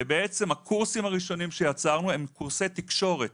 בעצם, הקורסים הראשונים שיצרנו הם קורסי תקשורת.